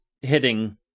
hitting